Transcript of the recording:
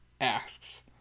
Asks